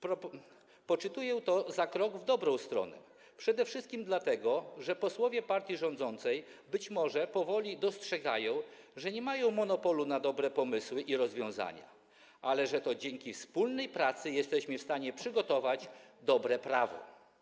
Poczytuję to za krok w dobrą stronę, przede wszystkim dlatego, że posłowie partii rządzącej być może powoli dostrzegają, że nie mają monopolu na dobre pomysły i rozwiązania, że to dzięki wspólnej pracy jesteśmy w stanie przygotować dobre prawo.